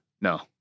No